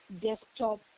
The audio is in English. desktop